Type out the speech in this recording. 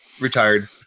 retired